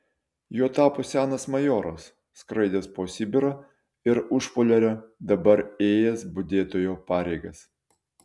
juo tapo senas majoras skraidęs po sibirą ir užpoliarę dabar ėjęs budėtojo pareigas